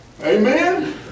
Amen